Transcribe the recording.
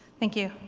thank you.